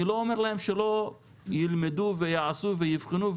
אני לא אומר להם שלא ילמדו ויעשו ויבחנו,